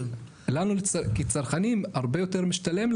אבל אם התעריפים האלה לא מספקים,